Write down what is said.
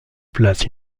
place